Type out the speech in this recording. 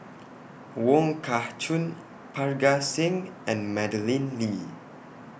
Wong Kah Chun Parga Singh and Madeleine Lee